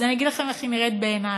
אז אני אגיד לכם איך היא נראית בעיני: